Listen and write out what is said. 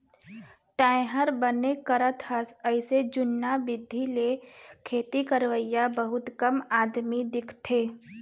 तैंहर बने करत हस अइसे जुन्ना बिधि ले खेती करवइया बहुत कम आदमी दिखथें